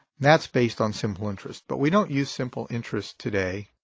that's based on simple interest. but we don't use simple interest today